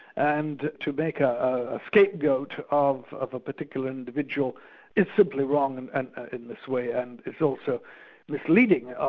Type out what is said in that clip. and to make a scapegoat of of a particular individual is simply wrong and and in this way, and it's also misleading.